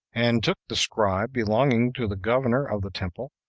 and took the scribe belonging to the governor of the temple,